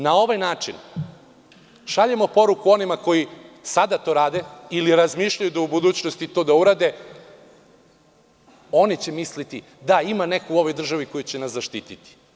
Na ovaj način šaljemo poruku onima koji sada to rade ili razmišljaju da to u budućnosti urade, oni će misliti – da, ima neko u ovoj državi ko će nas zaštititi.